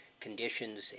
conditions